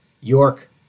York